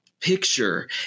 picture